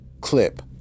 clip